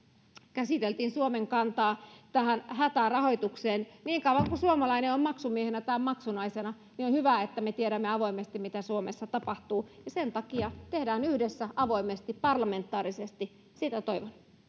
käsiteltiin suomen kantaa hätärahoitukseen niin kauan kuin suomalainen on maksumiehenä tai maksunaisena on hyvä että me tiedämme avoimesti mitä suomessa tapahtuu ja sen takia tehdään yhdessä avoimesti parlamentaarisesti sitä toivon